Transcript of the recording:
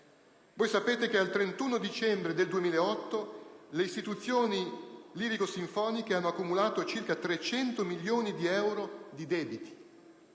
Voi sapete che al 31 dicembre 2008 le fondazioni lirico-sinfoniche hanno accumulato circa 300 milioni di euro di debiti,